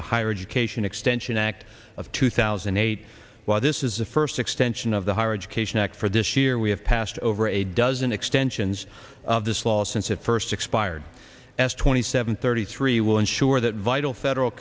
the higher education extension act of two thousand and eight while this is the first extension of the higher education act for this year we have passed over a dozen extensions of this law since it first expired as twenty seven thirty three will ensure that vital federal